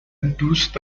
دوست